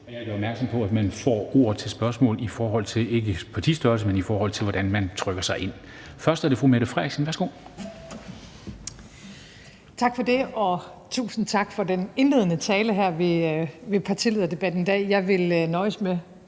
Jeg gør opmærksom på, at man får ordet til spørgsmål ikke efter partistørrelse, men efter hvornår man trykker sig ind. Først er det fru Mette Frederiksen. Værsgo. Kl. 13:05 Mette Frederiksen (S): Tak for det, og tusind tak for den indledende tale her ved partilederdebatten i dag. Jeg vil nøjes med